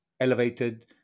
elevated